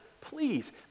Please